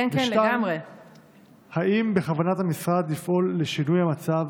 2. האם בכוונת המשרד לפעול לשינוי המצב